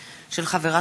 2016,